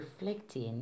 reflecting